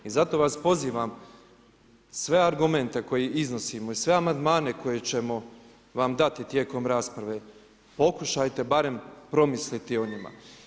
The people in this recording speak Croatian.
I zato vas pozivam, sve argumente koje iznosimo i sve amandmane koje ćemo vam dati tijekom rasprave, pokušajte barem promisliti o njima.